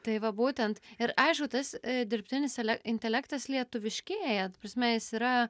tai va būtent ir aišku tas dirbtinis intelektas lietuviškėja ta prasme jis yra